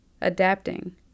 adapting